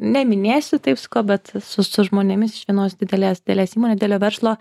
neminėsiu taip su kuo bet su su žmonėmis iš vienos didelės didelės įmonė didelio verslo